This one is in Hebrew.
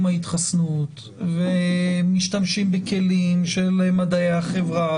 ההתחסנות ומשתמשים בכלים של מדעי החברה,